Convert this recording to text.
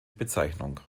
bezeichnung